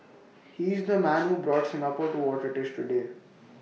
he is the man who brought Singapore to what IT is today